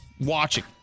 watching